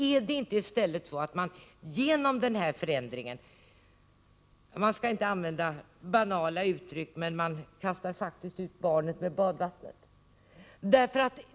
Är det inte i stället så att man genom den här förändringen — man skall inte använda banala uttryck — faktiskt ändå kastar ut barnet med badvattnet?